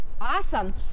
awesome